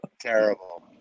terrible